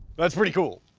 that's pretty cool.